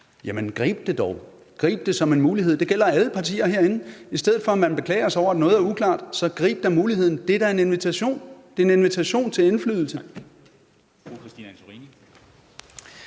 Jamen grib det dog; grib det som en mulighed, og det gælder alle partier. I stedet for at beklage sig over, at noget er uklart, så grib da muligheden. Det er da en invitation. Det er en invitation til indflydelse.